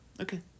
okay